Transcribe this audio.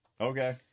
Okay